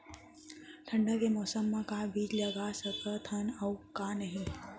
ठंडा के मौसम मा का का बीज लगा सकत हन अऊ का नही?